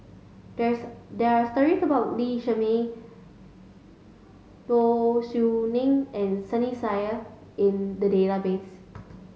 there is there are stories about Lee Shermay Low Siew Nghee and Sunny Sia in the database